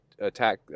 attack